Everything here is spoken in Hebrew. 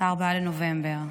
4 בנובמבר,